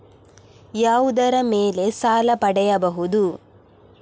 ಯಾವುದರ ಮೇಲೆ ಸಾಲ ಪಡೆಯಬಹುದು?